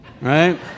right